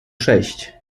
sześć